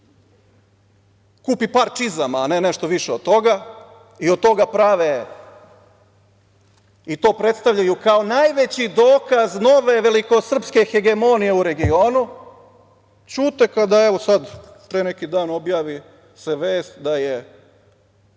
kupi par čizama, a ne nešto više od toga i od toga prave i predstavljaju kao najveći dokaz nove velikosrpske hegemonije u regionu, ćute kada, evo sada pre neki dan se objavi vest da je